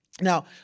Now